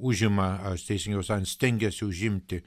užima ar teisingiau sakant stengiasi užimti